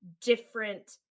different